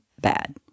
bad